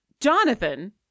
Jonathan